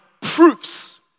proofs